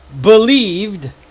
believed